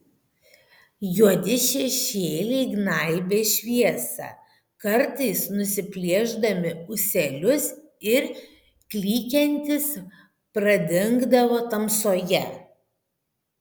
juodi šešėliai gnaibė šviesą kartais nusiplėšdami ūselius ir klykiantys pradingdavo tamsoje